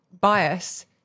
bias